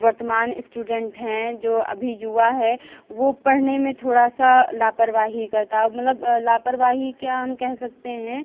वर्तमान इस्टुडेन्ट हैं जो अभी युवा है वो पढ़ने में थोड़ा सा लापरवाही करता और मतलब लापरवाही क्या हम कह सकते हैं